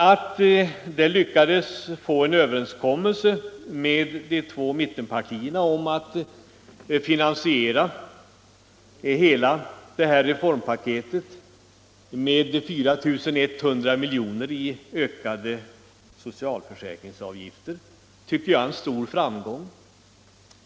Att man lyckades få en överenskommelse med de två mittenpartierna om att finansiera detta skattepaket med 4 100 milj.kr. i ökade socialförsäkringsavgifter tycker jag är en stor framgång.